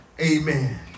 Amen